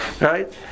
Right